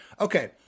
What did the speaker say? okay